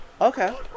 Okay